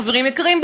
חברים יקרים,